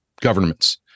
governments